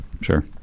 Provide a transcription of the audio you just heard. sure